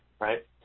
right